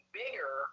bigger